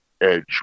edge